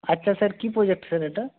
আচ্ছা স্যার কী project sir এটা